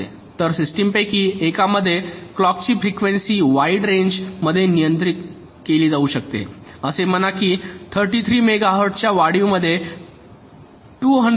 तर सिस्टमपैकी एकामध्ये क्लॉकची फ्रिकवेंसी वाइड रेंज मध्ये नियंत्रित केली जाऊ शकते असे म्हणा की 33 मेगाहर्ट्जच्या वाढीमध्ये 200 ते 700 मेगाहर्ट्ज